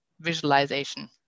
visualization